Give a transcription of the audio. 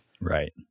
Right